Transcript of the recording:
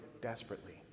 desperately